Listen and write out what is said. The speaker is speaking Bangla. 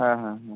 হ্যাঁ হ্যাঁ হুম